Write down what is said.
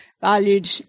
valued